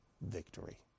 victory